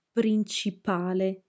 principale